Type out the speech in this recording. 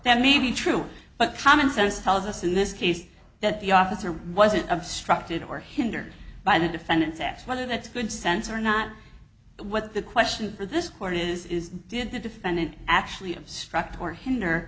that may be true but common sense tells us in this case that the officer wasn't obstructed or hindered by the defendant's acts whether that's good sense or not what the question for this court is is did the defendant actually have struck or hinder